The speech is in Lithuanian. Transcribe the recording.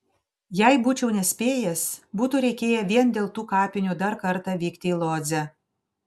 jei būčiau nespėjęs būtų reikėję vien dėl tų kapinių dar kartą vykti į lodzę